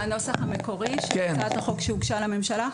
הנוסח המקורי של הצעת החוק שהוגשה לממשלה?